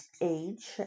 age